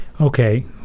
okay